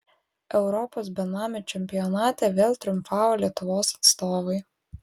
europos benamių čempionate vėl triumfavo lietuvos atstovai